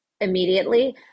immediately